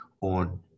on